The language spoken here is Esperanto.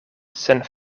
sen